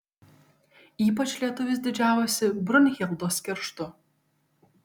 ypač lietuvis didžiavosi brunhildos kerštu